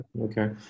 Okay